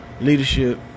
leadership